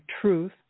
truth